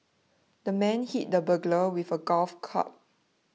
the man hit the burglar with a golf club